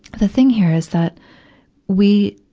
the thing here is that we,